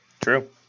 True